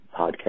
podcast